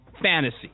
Fantasy